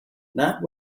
not